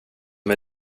med